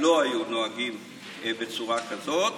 לא היו נוהגים בצורה כזאת.